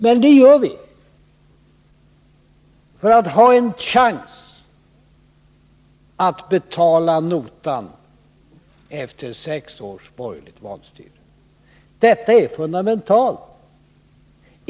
Men det har vi gjort för att ha en chans att betala notan efter sex års borgerligt vanstyre. Detta är fundamentalt!